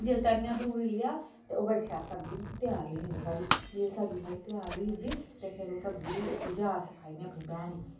ते जैल्ले धनिया भरूड़ी लैआ ते ओह् बड़ी शैल सब्जी त्यार होई जंदी साढ़ी जिल्लै सब्जी साढ़ी त्यार होई जंदी ते फिर सब्जी उस्सी जाच सखाई में अपनी भैन गी